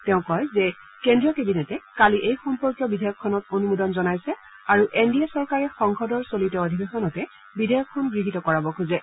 তেওঁ কয় যে কেন্দ্ৰীয় কেবিনেটে কালি এই সম্পৰ্কীয় বিধেয়কখনত অনুমোদন জনাইছে আৰু এন ডি এ চৰকাৰে সংসদৰ চলিত অধিবেশনতে বিধেয়কখন গৃহীত কৰাব খোজে